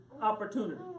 opportunity